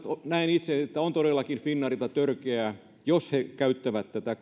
näen itse että on todellakin finnairilta törkeää jos he käyttävät tätä